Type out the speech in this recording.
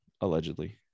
allegedly